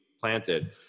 planted